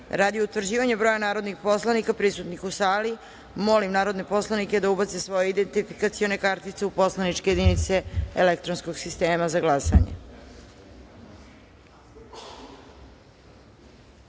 utvrđivanja broja narodnih poslanika prisutnih u sali, molim narodne poslanike da ubace svoje identifikacione kartice u poslaničke jedinice elektronskog sistema za